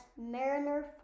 mariner